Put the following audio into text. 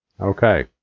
Okay